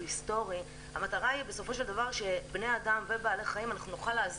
היסטורי אלא שנוכל לעזור לבני האדם ולבעלי החיים.